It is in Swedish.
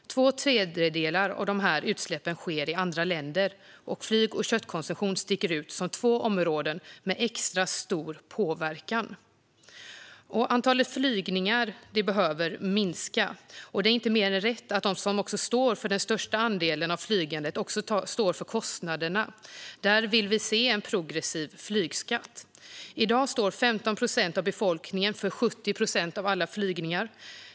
Två tredjedelar av de här utsläppen sker i andra länder, och flyg och köttkonsumtion sticker ut som två områden med extra stor påverkan. Antalet flygningar behöver minska, och det är inte mer än rätt att de som står för den största delen av flygandet också står för kostnaderna. Där vill vi se en progressiv flygskatt. I dag står 15 procent av befolkningen för 70 procent av alla flygningar.